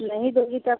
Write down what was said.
नहीं दोगी तब